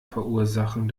verursachen